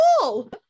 cool